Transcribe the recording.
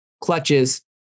clutches